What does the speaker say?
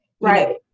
Right